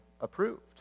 approved